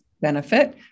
benefit